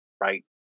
right